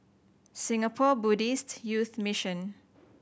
Singapore Buddhist Youth Mission